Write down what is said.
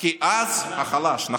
כי אז, שכחת להוסיף "החלש", החלש.